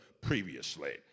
previously